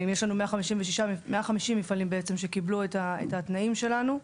יש לנו 150 מפעלים שקיבלו את התנאים שלנו,